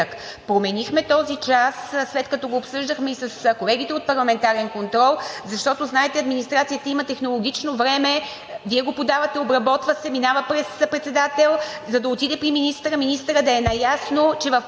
Променихме този час, след като го обсъждахме и с колегите от „Парламентарен контрол“, защото, знаете, администрацията има технологично време – Вие го подавате, обработва се, минава през председател, за да отиде при министъра и той да е наясно, че в петък